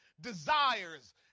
desires